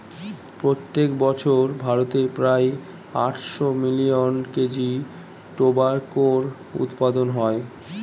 প্রত্যেক বছর ভারতে প্রায় আটশো মিলিয়ন কেজি টোবাকোর উৎপাদন হয়